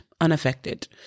unaffected